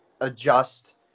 adjust